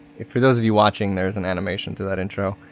for those of you watching there's an animation to that intro,